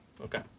Okay